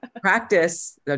practice